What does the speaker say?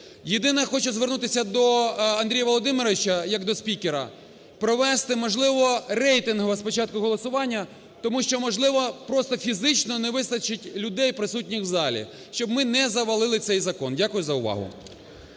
Єдине, хочу звернутися до Андрія Володимировича як до спікера, провести, можливо, рейтингове спочатку голосування. Тому що, можливо, просто фізично не вистачить людей, присутніх в залі. Щоб ми не завалили цей закон. Дякую за увагу.